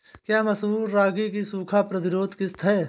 क्या मसूर रागी की सूखा प्रतिरोध किश्त है?